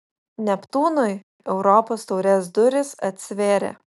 neptūnui europos taurės durys atsivėrė